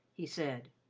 he said.